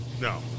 No